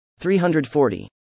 340